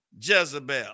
Jezebel